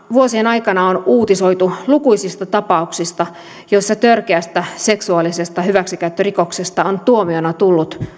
vuosien aikana on uutisoitu lukuisista tapauksista joissa törkeästä seksuaalisesta hyväksikäyttörikoksesta on tuomiona tullut